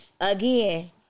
again